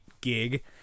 gig